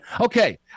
Okay